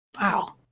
Wow